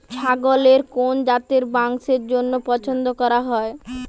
ছাগলের কোন জাতের মাংসের জন্য পছন্দ করা হয়?